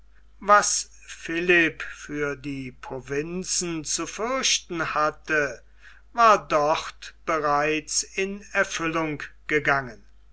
was philipp für die provinzen zu fürchten hatte war dort bereits in erfüllung gegangen